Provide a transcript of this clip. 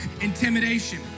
intimidation